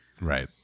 right